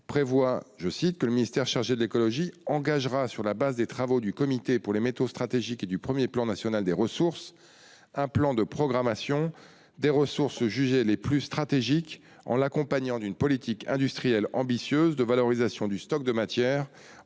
prévoit :« Le ministère chargé de l'écologie engagera, sur la base des travaux du comité pour les métaux stratégiques (Comes) et du premier plan national des ressources, un plan de programmation des ressources jugées les plus stratégiques en l'accompagnant d'une politique industrielle ambitieuse de valorisation du stock de matière,